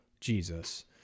Jesus